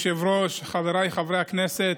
אדוני היושב-ראש, חבריי חברי הכנסת,